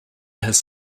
his